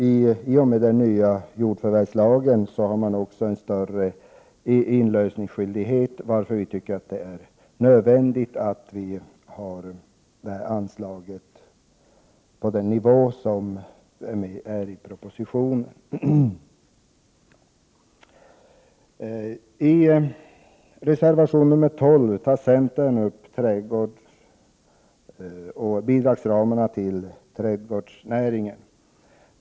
I och med den nya jordförvärvslagen har man också en större inlösningsskyldighet, varför vi tycker att det är nödvändigt att ha anslaget på den nivå som det är i propositionen. I reservation 12 tar centern upp bidragsramen för främjande av trädgårdsnäringen.